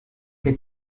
que